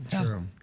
true